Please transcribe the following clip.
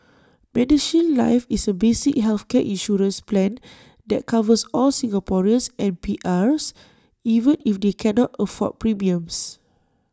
medishield life is A basic healthcare insurance plan that covers all Singaporeans and PRs even if they cannot afford premiums